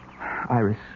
iris